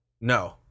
No